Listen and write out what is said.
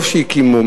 אם טוב שהקימו,